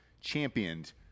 championed